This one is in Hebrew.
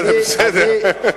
זה בסדר.